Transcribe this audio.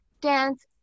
dance